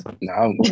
No